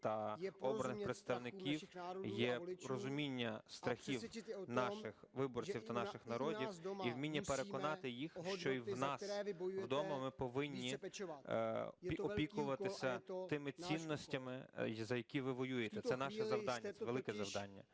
та обраних представників є розуміння страхів наших виборців та наших народів і вміння переконати їх, що і в нас вдома вони повинні опікуватися тими цінностями, за які ви воюєте. Це наше завдання. Це велике завдання.